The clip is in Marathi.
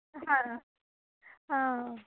हां हां